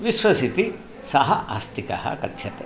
विश्वसिति सः आस्तिकः कथ्यते